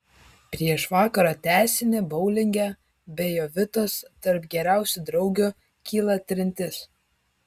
prieš vakaro tęsinį boulinge be jovitos tarp geriausių draugių kyla trintis